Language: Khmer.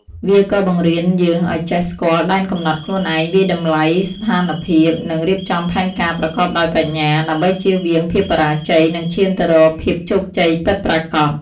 វាក៏បង្រៀនយើងឲ្យចេះស្គាល់ដែនកំណត់ខ្លួនឯង វាយតម្លៃស្ថានភាព និងរៀបចំផែនការប្រកបដោយប្រាជ្ញា ដើម្បីជៀសវាងភាពបរាជ័យ និងឈានទៅរកភាពជោគជ័យពិតប្រាកដ។